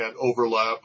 overlap